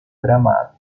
gramado